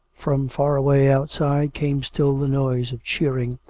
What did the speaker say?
from far away outside came still the noise of cheering,